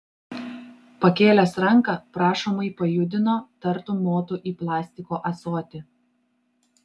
pakėlęs ranką prašomai pajudino tartum motų į plastiko ąsotį